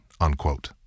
unquote